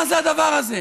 מה זה הדבר הזה?